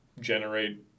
generate